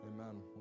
Amen